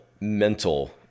mental